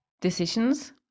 decisions